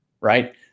right